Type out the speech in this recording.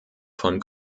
von